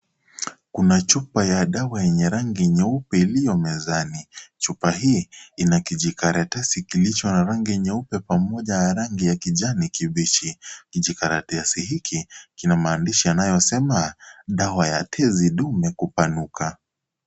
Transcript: Kuna chupa ya dawa yenye rangi nyeupe iliyo mezani. Chupa hii ina kijikaratasi kilicho na rangi nyeupe pamoja na rangi ya kijani kibichi. Kijikaratasi hiki, kina maandishi yanayosema, dawa ya tezi dume kupanuka.